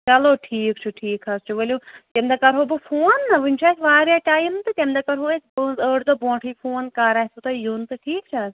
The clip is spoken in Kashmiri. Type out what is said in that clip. چَلو ٹھیٖک چھُ ٹھیٖک حظ چھُ ؤلِو تمہِ دۄہ کَرہو بہٕ فوٗن نَہ وٕنہِ چھُ اسہِ وارِیاہ ٹایم تہٕ تمہِ دۄہ کرہو أسۍ پانٛژھ ٲٹھ دۄہ بۄنٛٹھٕے فوٗن کَر آسوٕ تۄہہِ یُن تہٕ ٹھیٖک چھا حظ